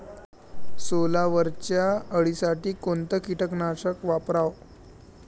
सोल्यावरच्या अळीसाठी कोनतं कीटकनाशक वापराव?